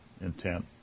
intent